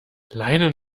leinen